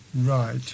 Right